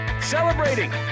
Celebrating